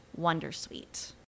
Wondersuite